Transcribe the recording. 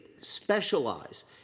specialize